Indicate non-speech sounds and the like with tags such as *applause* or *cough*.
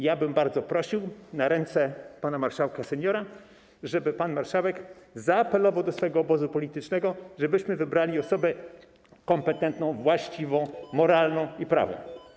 Ja bym bardzo prosił, składam prośbę na ręce pana marszałka seniora, żeby pan marszałek zaapelował do swojego obozu politycznego, żebyśmy wybrali osobę kompetentną, *noise* właściwą, moralną i prawą.